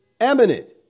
eminent